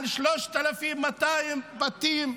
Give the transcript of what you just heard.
3,200 בתים,